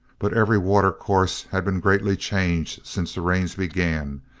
but every water-course had been greatly changed since the rains began,